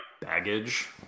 baggage